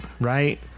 right